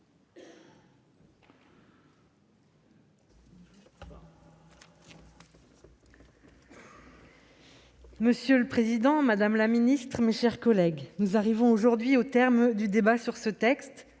Monsieur le président, madame la ministre, mes chers collègues, nous arrivons aujourd'hui au terme du débat sur ce texte.